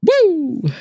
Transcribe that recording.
Woo